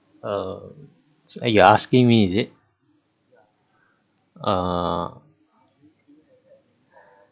oh you asking me is it uh